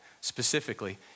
specifically